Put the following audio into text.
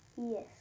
Yes